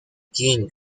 king